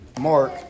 Mark